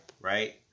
Right